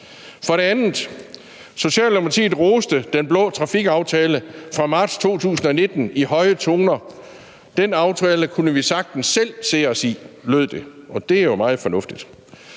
For det andet roste Socialdemokratiet den blå trafikaftale fra marts 2019 i høje toner. Den aftale kunne vi sagtens selv se os i, lød det – og det er jo meget fornuftigt.